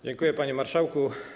Dziękuję, panie marszałku.